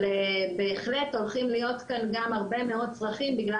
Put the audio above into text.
אבל בהחלט הולכים להיות כאן גם הרבה מאוד צרכים בגלל